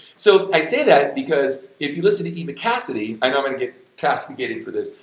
so, i say that because if you listen to eva cassidy, i know i'm gonna get castigated for this,